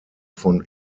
von